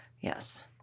Yes